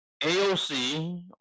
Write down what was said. AOC